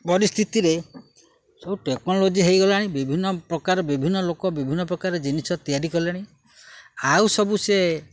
ପରିସ୍ଥିତି ରେ ସବୁ ଟେକ୍ନୋଲୋଜି ହେଇଗଲାଣି ବିଭିନ୍ନ ପ୍ରକାର ବିଭିନ୍ନ ଲୋକ ବିଭିନ୍ନ ପ୍ରକାର ଜିନିଷ ତିଆରି କଲେଣି ଆଉ ସବୁ ସେ